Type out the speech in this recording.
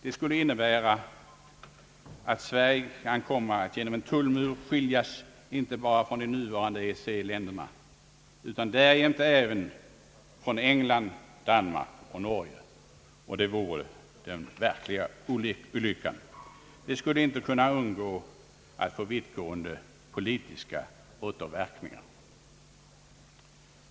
Det skulle ju innebära att Sverige kan komma att genom en tullmur skiljas inte bara från de nuvarande EEC-länderna utan därjämte även från England, Danmark och Norge — och det vore den verkliga olyckan. Det skulle inte kunna undgå att få vittgående politiska återverkningar.